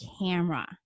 camera